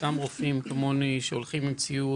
סתם רופאים כמוני שהולכים עם ציוד,